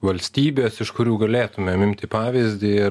valstybės iš kurių galėtumėm imti pavyzdį